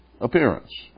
appearance